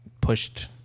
pushed